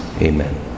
Amen